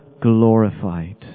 glorified